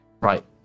Right